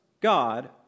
God